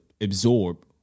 absorb